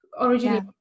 originally